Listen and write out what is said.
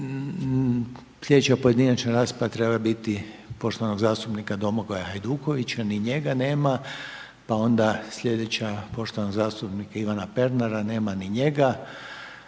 slijedeća pojedinačna rasprava trebala je biti poštovanog zastupnika Domagoja Hajdukovića, ni njega nema. Pa onda slijedeća poštovanog zastupnika Ivana Pernara, nema ni njega,